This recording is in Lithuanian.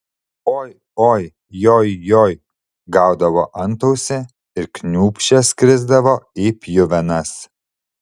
oi oi joj joj gaudavo antausį ir kniūpsčias krisdavo į pjuvenas